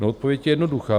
Odpověď je jednoduchá.